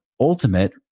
ultimate